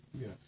Yes